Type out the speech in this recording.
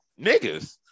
Niggas